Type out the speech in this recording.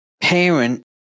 parent